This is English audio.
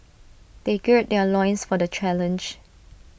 they gird their loins for the challenge